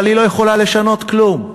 אבל היא לא יכולה לשנות כלום.